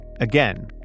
again